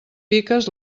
piques